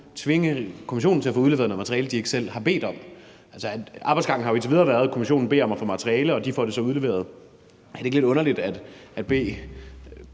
tvinge kommissionen til at få udleveret noget materiale, den ikke selv har bedt om. Arbejdsgangen har indtil videre været, at kommissionen beder om at få materiale, og de får det så udleveret. Er det ikke lidt underligt at bede